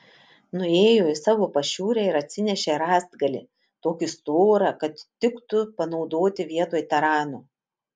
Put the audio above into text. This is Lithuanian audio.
nuėjo į savo pašiūrę ir atsinešė rąstgalį tokį storą kad tiktų panaudoti vietoj tarano